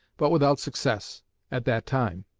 but without success at that time,